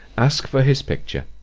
ask for his picture.